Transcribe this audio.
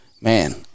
man